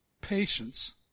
patience